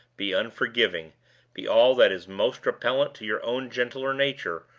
be unforgiving be all that is most repellent to your own gentler nature,